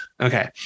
Okay